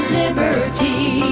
liberty